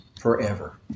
forever